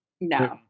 No